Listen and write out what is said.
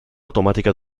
automatica